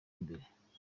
mbere